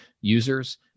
users